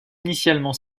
initialement